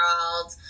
world